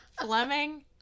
Fleming